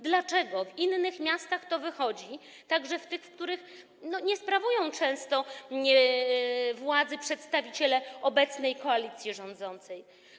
Dlaczego w innych miastach to wychodzi, często także w tych, w których nie sprawują władzy przedstawiciele obecnej koalicji rządzącej?